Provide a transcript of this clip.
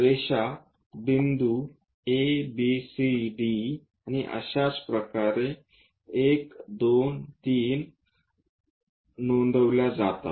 रेषा बिंदू a b c d आणि अशाच प्रकारे 1 2 3 आणि अशाच प्रकारे नोंदवल्या जातात